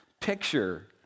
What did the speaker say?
picture